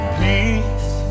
peace